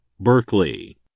Berkeley